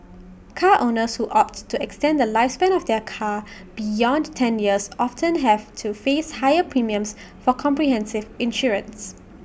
car owners who opt to extend the lifespan of their car beyond ten years often have to face higher premiums for comprehensive insurance